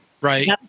right